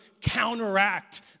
counteract